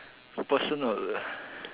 personal